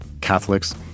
Catholics